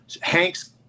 Hank's